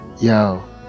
yo